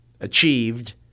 achieved